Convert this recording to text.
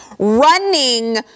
running